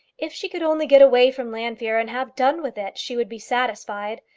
if she could only get away from llanfeare and have done with it, she would be satisfied.